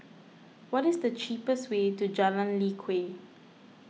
what is the cheapest way to Jalan Lye Kwee